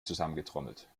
zusammengetrommelt